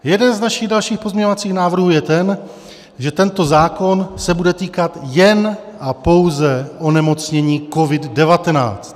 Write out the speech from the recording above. Jeden z našich dalších pozměňovacích návrhů je ten, že tento zákon se bude týkat jen a pouze onemocnění COVID19.